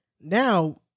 now